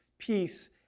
peace